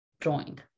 drawing